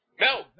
No